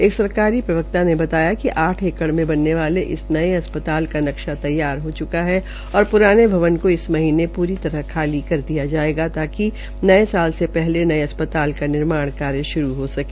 एक सरकारी प्रवक्ता ने बताया कि आठ एकड़ में बने वाले इस नये अस्पताल का नक्शा तैयार हो च्का है और प्राने भवन को इस महीनें प्री तरह से खाली कर दिया जायेगा ताकि नये साल से पहले नये अस्पता का निर्माण कार्य श्रू हो सके